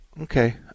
Okay